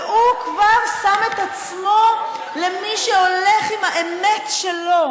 והוא כבר שם את עצמו כמי שהולך עם האמת שלו.